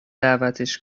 دعوتش